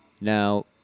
Now